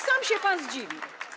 Sam się pan zdziwi.